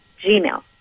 Gmail